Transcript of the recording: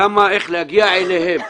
איך להגיע אליהם.